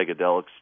psychedelics